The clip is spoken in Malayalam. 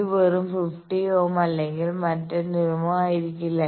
ഇത് വെറും 50 ഓം അല്ലെങ്കിൽ മറ്റെന്തെങ്കിലുമൊ ആയിരിക്കില്ല